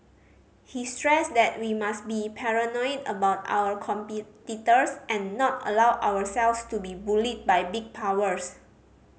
he stressed that we must be paranoid about our competitors and not allow ourselves to be bullied by big powers